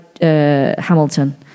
Hamilton